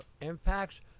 impacts